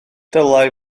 dylai